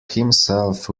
himself